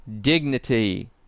Dignity